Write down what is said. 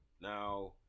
now